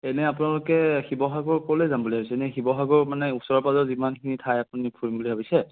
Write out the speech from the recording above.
এনে আপোনালোকে শিৱসাগৰ ক'লৈ যাম বুলি ভাবিছে এনে শিৱসাগৰ মানে ওচৰে পাঁজৰে যিমানখিনি ঠাই আপুনি ফুৰিম বুলি ভাবিছে